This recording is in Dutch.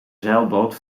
zeilboot